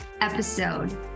episode